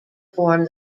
form